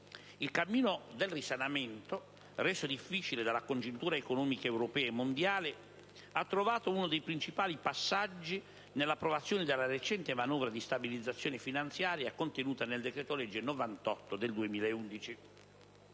Il cammino del risanamento, reso difficile dalla congiuntura economica europea e mondiale, ha trovato uno dei principali passaggi nell'approvazione della recente manovra di stabilizzazione finanziaria contenuta nel decreto-legge n. 98 del 2011.